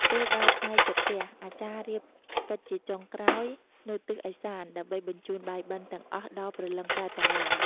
ពេលដល់ថ្ងៃជិតរះ អាចារ្យរៀបកិច្ចជាចុងក្រោយនៅទិសឦសាន ដើម្បីបញ្ជូនបាយបិណ្ឌ ទាំងអស់ដល់ព្រលឹងប្រេតទាំងឡាយ។